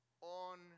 on